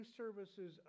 services